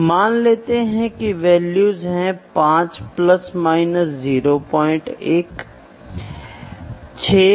तो आपके पास 20 रीडिंग करने और दिखाने के लिए एक डिस्प्ले है यह दिखाता है और रिकॉर्ड भी करता है